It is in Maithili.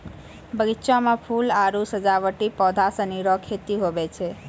बगीचा मे फूल आरु सजावटी पौधा सनी रो खेती हुवै छै